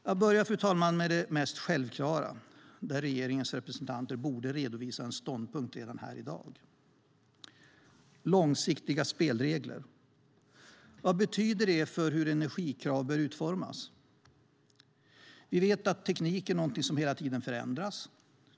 Jag börjar med det mest självklara där regeringens representanter borde redovisa en ståndpunkt redan här i dag. Vad betyder långsiktiga spelregler för hur energikrav bör utformas? Vi vet att teknik är någonting som hela tiden förändras.